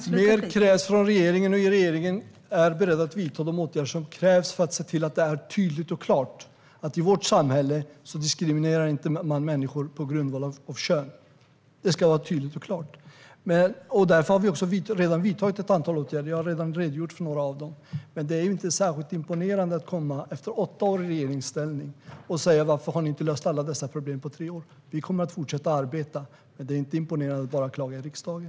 Fru talman! Mer krävs från regeringen, och regeringen är beredd att vidta de åtgärder som krävs för att se till att det är tydligt och klart att man i vårt samhälle inte diskriminerar människor på grundval av kön. Det ska vara tydligt och klart. Därför har vi också redan vidtagit ett antal åtgärder. Jag har redogjort för några av dem. Men det är inte särskilt imponerande att komma efter åtta år i regeringsställning och säga: Varför har ni inte löst alla dessa problem på tre år? Vi kommer att fortsätta arbeta. Men det är inte imponerande att bara klaga i riksdagen.